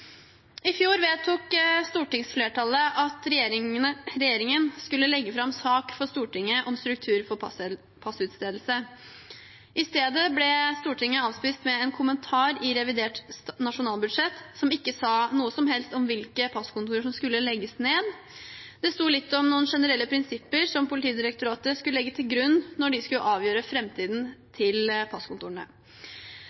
I fjor vedtok stortingsflertallet at regjeringen skulle legge fram en sak for Stortinget om struktur for passutstedelse. I stedet ble Stortinget avspist med en kommentar i revidert nasjonalbudsjett som ikke sa noe som helst om hvilke passkontor som skulle legges ned. Det sto bare litt om noen generelle prinsipper som Politidirektoratet skulle legge til grunn når de skulle avgjøre